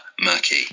murky